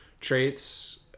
traits